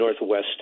Northwest